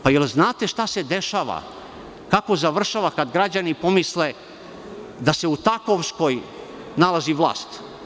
Da li znate šta se dešava, kako završava kad građani pomisle da se u Takovskoj nalazi vlast?